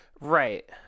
Right